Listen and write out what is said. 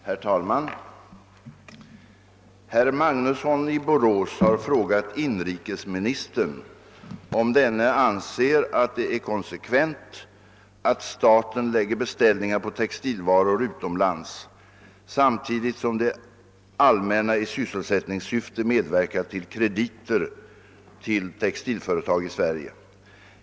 Herr talman! Herr Magnusson i Borås har frågat inrikesministern om denne anser att det är konsekvent att staten lägger beställningar på textilvaror utomlands, samtidigt som det allmänna i sysselsättningssyfte medverkar till krediter till textilföretag i Sverige.